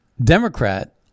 Democrat